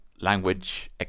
Language